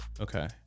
okay